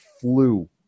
flew